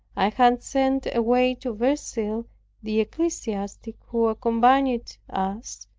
i had sent away to verceil the ecclesiastic who accompanied us,